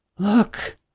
Look